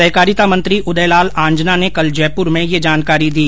सहकारिता मंत्री उदय लाल आंजना ने कल जयप्र में यह जानकारी दी